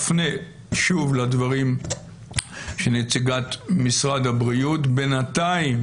אפנה שוב לדברים של נציגת משרד הבריאות, בינתיים